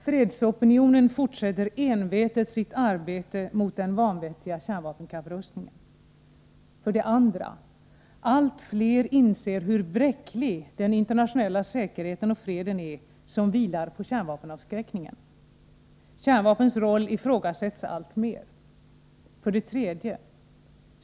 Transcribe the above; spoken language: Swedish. Fredsopinionen fortsätter envetet sitt arbete mot den vanvettiga kärnvapenkapprustningen. 2. Allt fler inser hur bräcklig den internationella säkerheten och freden är när den vilar på kärnvapenavskräckningen. Kärnvapnens roll ifrågasätts alltmer. 3.